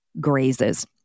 grazes